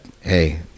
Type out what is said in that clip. hey